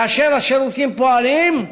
כאשר השירותים פועלים,